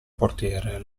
portiere